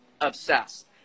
obsessed